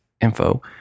info